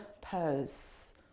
pose